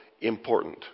important